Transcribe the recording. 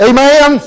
Amen